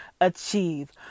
achieve